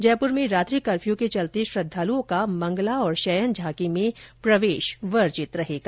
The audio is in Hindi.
जयपुर में रात्रि कफ्र्यू के चलते श्रद्धालुओं का मंगला और शयन झांकी में प्रवेश वर्जित रहेगा